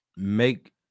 make